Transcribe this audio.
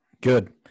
Good